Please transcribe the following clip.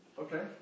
Okay